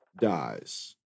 dies